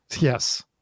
Yes